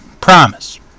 Promise